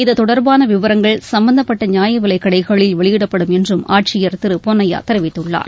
இத்தொடர்பான விவரங்கள் சம்பந்தப்பட்ட நியாயவிலைக்கடைகளில் வெளியிடப்படும் என்றும் ஆட்சியர் திரு பொன்னையா தெரிவித்துள்ளார்